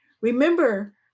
remember